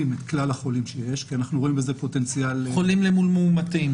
כלל החולים כי אנחנו רואים בזה פוטנציאל --- חולים למול מאומתים.